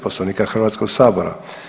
Poslovnika Hrvatskog sabora.